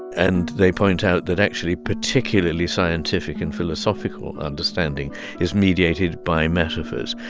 and they point out that, actually, particularly scientific and philosophical understanding is mediated by metaphors.